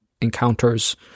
encounters